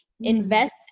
invest